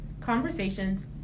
conversations